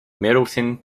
middletown